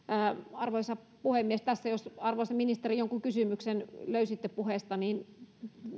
arvoisa puhemies tässä jos arvoisa ministeri jonkun kysymyksen löysitte puheestani niin